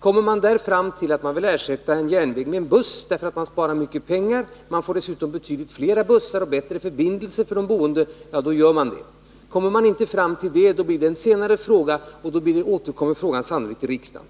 Om man då kommer fram till att trafiken på en bandel bör ersättas med busstrafik därför att man därigenom spar mycket pengar — och dessutom får betydligt fler och bättre förbindelser med buss för de boende — blir detta också genomfört. Om man inte kommer fram till ett sådant ställningstagande, återkommer ärendet sannolikt till riksdagen.